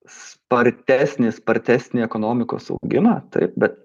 spartesnį spartesnį ekonomikos augimą taip bet